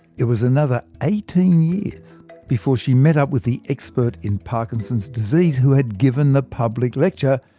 it was another eighteen years before she met up with the expert in parkinson's disease who had given the public lecture,